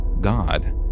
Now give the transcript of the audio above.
God